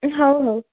ହଉ ହଉ